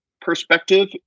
perspective